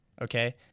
okay